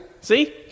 see